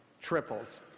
triples